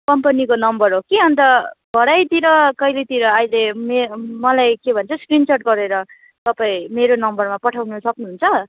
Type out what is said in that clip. कम्पनीको नम्बर हो कि अन्त भरेतिर कहिलेतिर अहिले मे मलाई के भन्छ स्क्रिनसट गरेर तपाईँ मेरो नम्बरमा पठाउनु सक्नुहुन्छ